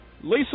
Lisa